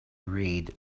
read